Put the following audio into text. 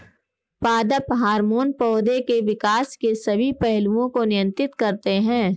पादप हार्मोन पौधे के विकास के सभी पहलुओं को नियंत्रित करते हैं